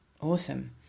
awesome